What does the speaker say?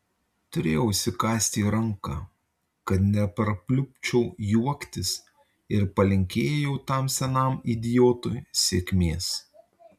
turėjau įsikąsti į ranką kad neprapliupčiau juoktis ir palinkėjau tam senam idiotui sėkmės